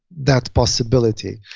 that possibility.